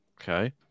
Okay